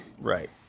Right